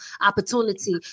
opportunity